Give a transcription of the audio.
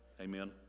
Amen